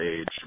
age